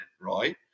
Right